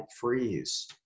freeze